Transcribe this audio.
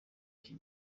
iki